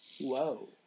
Whoa